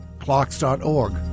clocks.org